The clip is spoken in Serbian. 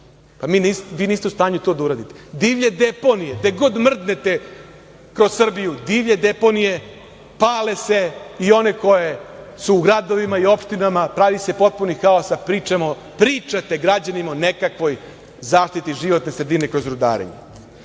Vi niste u stanju da to uradite. Divlje deponije, gde god mrdnete kroz Srbiju divlje deponije, pale se i one koje su u gradovima i opštinama, pravi se potpuni haos, a pričate građanima o nekakvoj zaštiti životne sredine kroz rudarenje. Vi